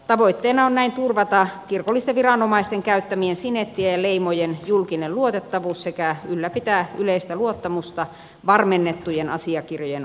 tavoitteena on näin turvata kirkollisten viranomaisten käyttämien sinettien ja leimojen julkinen luotettavuus sekä ylläpitää yleistä luottamusta varmennettujen asiakirjojen oikeellisuu teen